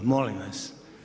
Molim vas!